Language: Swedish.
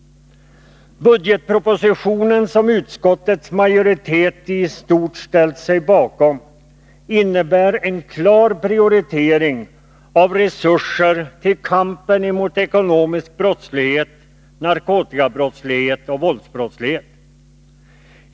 Budgetpropositionen, som utskottets majoritet i stort ställt sig bakom, innebär en klar prioritering av resurser till kampen mot ekonomisk brottslighet, narkotikabrottslighet och våldsbrottslighet.